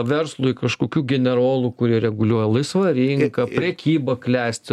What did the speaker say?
verslui kažkokių generolų kurie reguliuoja laisva rinka prekyba klesti